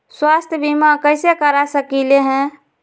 स्वाथ्य बीमा कैसे करा सकीले है?